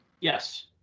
Yes